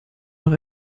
noch